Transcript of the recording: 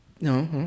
No